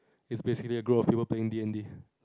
is basically a group of people playing D-and-D